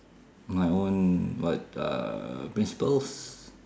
my own what uh principles